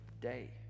day